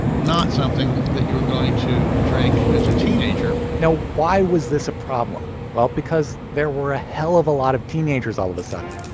not something that you were going to drink as a teenager now, why was this a problem? well, because there were a hell of a lot of teenagers all of a sudden,